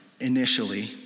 initially